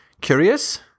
Curious